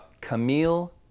Camille